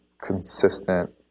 consistent